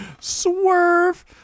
swerve